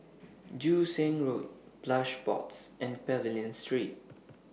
Joo Seng Road Plush Pods and Pavilion Street